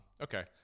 Okay